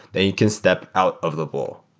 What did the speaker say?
then you can step out of the bowl.